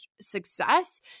success